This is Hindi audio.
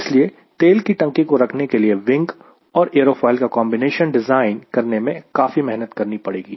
इसलिए तेल की टंकी को रखने के लिए विंग और एरोफोइल का कॉन्बिनेशन डिज़ाइन करने में काफी मेहनत करनी पड़ेगी